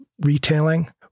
retailing